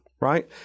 right